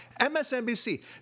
MSNBC